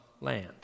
land